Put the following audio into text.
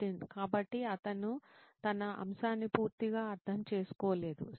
నితిన్ కాబట్టి అతను తన అంశాన్ని పూర్తిగా అర్థం చేసుకోలేదు